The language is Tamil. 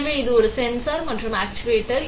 எனவே இது ஒரு சென்சார் மற்றும் ஆக்சுவேட்டர்